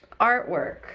artwork